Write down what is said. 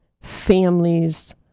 families